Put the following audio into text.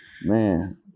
Man